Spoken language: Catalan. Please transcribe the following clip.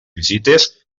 visites